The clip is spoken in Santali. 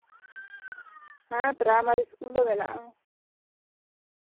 ᱦᱮᱸ ᱯᱨᱟᱭᱢᱟᱨᱤ ᱤᱥᱠᱩᱞ ᱫᱚ ᱢᱮᱱᱟᱜᱼᱟ